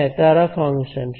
হ্যাঁ তারা ফাংশন